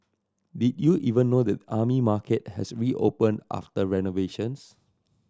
did you even know that the Army Market has reopened after renovations